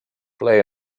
play